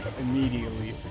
Immediately